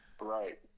Right